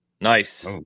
Nice